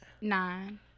nine